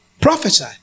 Prophesy